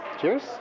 Cheers